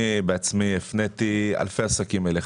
אני בעצמי הפניתי אלפי עסקים אליך,